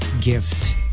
gift